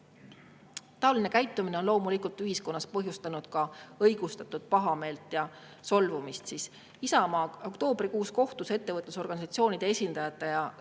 peal. Taoline käitumine on loomulikult ühiskonnas põhjustanud ka õigustatud pahameelt ja solvumist. Isamaa kohtus oktoobrikuus ettevõtlusorganisatsioonide esindajatega